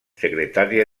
secretaria